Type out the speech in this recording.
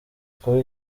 kuba